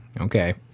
Okay